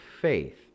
faith